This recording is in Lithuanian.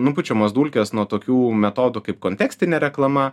nupučiamos dulkės nuo tokių metodų kaip kontekstinė reklama